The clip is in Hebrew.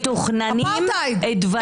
-- מתוכננים דברים --- אפרטהייד.